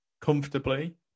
comfortably